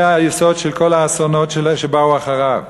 זה היסוד של כל האסונות שבאו אחריו.